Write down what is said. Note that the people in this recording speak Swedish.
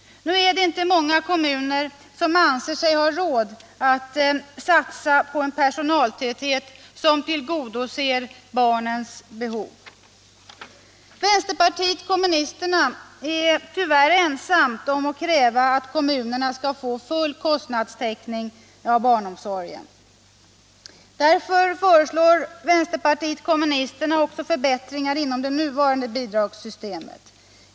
Nu är det inte många kommuner som anser sig ha råd att satsa på en personaltäthet som tillgodoser barnens behov. Vänsterpartiet kommunisterna är tyvärr ensamt om att kräva att kommunerna skall få full kostnadstäckning för barnomsorgen. Vänsterpartiet kommunisterna föreslår också förbättringar inom det nuvarande bidragssystemet.